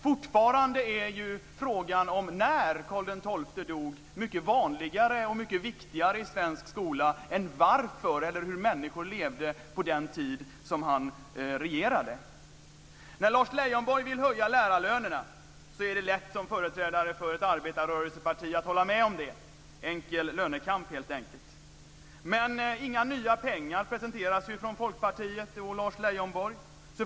Fortfarande är frågan om när Karl XII dog mycket vanligare och viktigare i svensk skola än frågan varför eller hur människor levde under den tid han regerade. Lars Leijonborg vill höja lärarlönerna. Som företrädare för ett arbetarparti är det lätt för mig att hålla med om det. Det är helt enkelt en lönekamp. Men inga nya pengar presenteras från Folkpartiet och Lars Leijonborg.